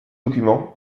documents